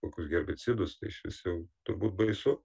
kokius herbicidus tai išvis jau turbūt baisu